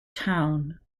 town